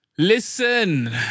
Listen